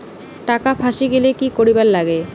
টাকা ফাঁসি গেলে কি করিবার লাগে?